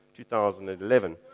2011